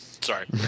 sorry